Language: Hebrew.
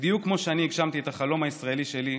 בדיוק כמו שאני הגשמתי את החלום הישראלי שלי,